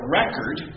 record